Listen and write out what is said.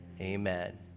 amen